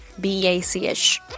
B-A-C-H